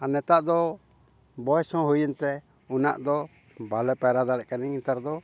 ᱟᱨ ᱱᱮᱛᱟᱨ ᱫᱚ ᱵᱚᱭᱮᱥ ᱦᱚᱸ ᱦᱩᱭᱮᱱ ᱛᱮ ᱩᱱᱟᱹᱜ ᱫᱚ ᱵᱟᱞᱮ ᱯᱟᱭᱨᱟ ᱫᱟᱲᱮᱭᱟᱜ ᱠᱟᱱᱟ ᱱᱮᱛᱟᱨ ᱫᱚ